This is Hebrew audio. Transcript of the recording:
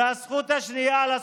והזכות השנייה שלי,